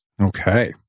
Okay